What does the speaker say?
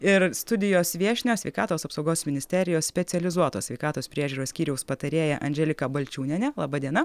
ir studijos viešnios sveikatos apsaugos ministerijos specializuotos sveikatos priežiūros skyriaus patarėja andželika balčiūnienė laba diena